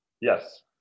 Yes